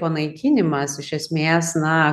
panaikinimas iš esmės na